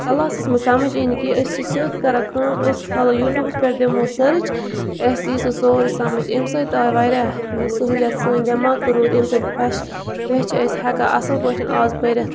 کَلاسَس منٛز سَمٕجھ یی نہٕ کِہیٖنۍ أسۍ چھِ سیوٚد کَران کٲم أسۍ کھالو یوٗٹیوٗبَس پٮ۪ٹھ دِمو سٔرٕچ اَسہِ یی سُہ سورٕے سَمٕجھ اَمہِ سۭتۍ تہٕ آے واریاہ یہِ سہوٗلیت سٲنۍ دٮ۪ماغ تہِ روٗدۍ اَمہِ سۭتۍ فرٛٮ۪ش بیٚیہِ چھِ أسۍ ہٮ۪کان اصٕل پٲٹھۍ آز پٔرِتھ